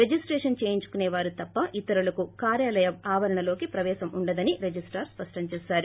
registration చేయించుకొనే వారు తప్ప ఇతరులకు కార్యాలయంలోకి ప్రవేశం ఉండదని రిజిస్టార్ స్పష్టం చేశారు